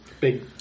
big